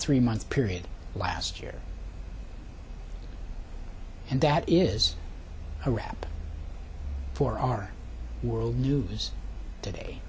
three month period last year and that is a wrap for our world news today